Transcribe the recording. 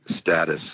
status